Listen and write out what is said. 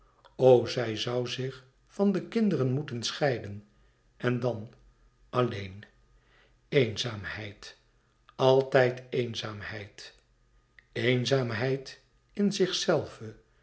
zij zoû zich van de kinderen moeten scheiden en dan alleen eenzaamheid altijd eenzaamheid eenzaamheid in zichzelve